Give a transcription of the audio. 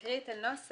נקריא את הנוסח,